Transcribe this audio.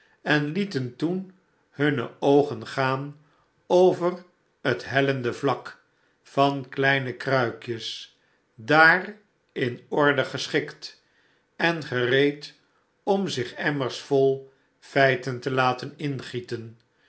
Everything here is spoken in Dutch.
en lieten toen hunne oogen gaan over het hellende vlak van kleine kruikjes daar in orde geschikt en gereed om zich emmers vol feiten te laten ingieten